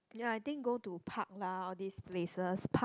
ya I think go to park lah all these places park